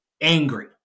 angry